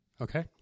okay